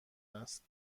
است